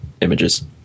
images